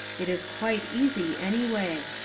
it is quite easy any way.